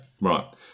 Right